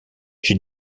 j’ai